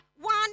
one